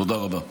תודה רבה.